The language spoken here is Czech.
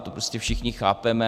To prostě všichni chápeme.